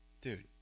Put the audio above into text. dude